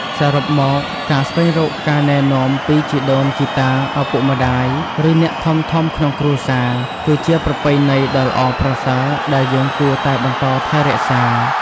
សរុបមក ការស្វែងរកការណែនាំពីជីដូនជីតា ឪពុកម្ដាយ ឬអ្នកធំៗក្នុងគ្រួសារ គឺជាប្រពៃណីដ៏ល្អប្រសើរដែលយើងគួរតែបន្តថែរក្សា។